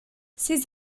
ces